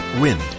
Wind